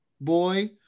boy